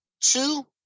two